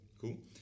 cool